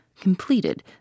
completed